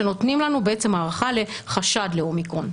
שנותנים לנו בעצם הערכה לחשד לאומיקרון.